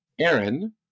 Aaron